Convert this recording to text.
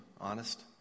honest